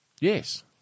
Yes